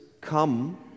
come